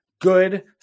good